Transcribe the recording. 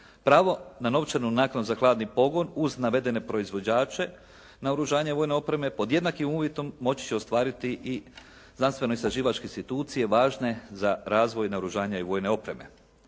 Pravo na novčanu naknadu za hladni pogon uz navedene proizvođače naoružanja i vojne opreme pod jednakim uvjetom moći će ostvariti i znanstveno istraživačke institucije važne za razvoj naoružanja i vojne opreme.